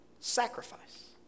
Sacrifice